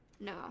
no